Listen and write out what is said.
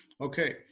Okay